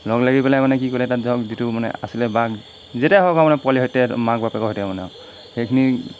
লগ লাগি পেলাই মানে কি কৰিলে এটা ধৰক যিটো মানে আছিলে বাঘ যেইটাই হওক আৰু মানে পোৱালিৰ সৈতে মাক বাপেকৰ সৈতে মানে আৰু সেইখিনি